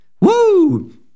Woo